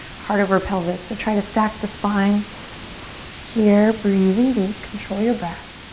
heart over pelvis. so try to stack the spine here, breathing deep, control your breath.